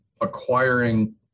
acquiring